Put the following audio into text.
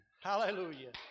Hallelujah